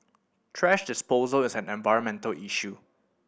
thrash disposal is an environmental issue